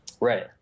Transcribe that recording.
Right